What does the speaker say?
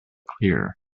clear